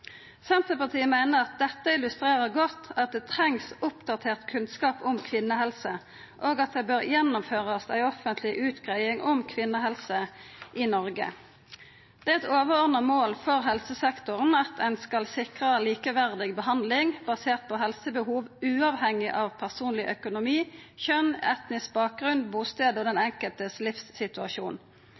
Senterpartiet meiner at dette illustrerer godt at det trengst oppdatert kunnskap om kvinnehelse, og at det bør gjennomførast ei offentleg utgreiing om kvinnehelse i Noreg. Det er eit overordna mål for helsesektoren at ein skal sikra likeverdig behandling basert på helsebehov uavhengig av personleg økonomi, kjønn, etnisk bakgrunn, bustad og den enkeltes livssituasjon.